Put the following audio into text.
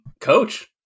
Coach